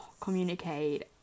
communicate